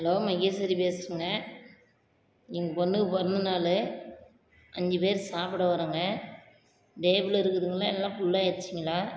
hello Maheswari பேசுகிறேங்க எங்கள் பொண்ணுக்கு பிறந்த நாள் அஞ்சு பேர் சாப்பிட வரோங்க டேபுளு இருக்குதுங்களா எல்லாம் ஃபுல்லாயிடுச்சிங்களா